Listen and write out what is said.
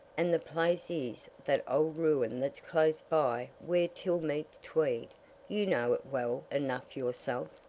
and the place is that old ruin that's close by where till meets tweed you know it well enough yourself.